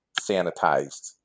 sanitized